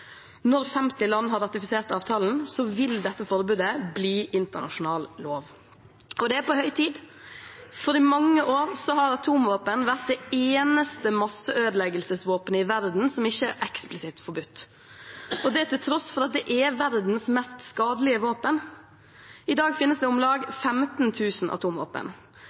Når 50 land har ratifisert avtalen, vil dette forbudet bli internasjonal lov. Det er på høy tid. For i mange år har atomvåpen vært det eneste masseødeleggelsesvåpenet i verden som ikke er eksplisitt forbudt – til tross for at det er verdens mest skadelige våpen. I dag finnes det om lag